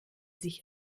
sich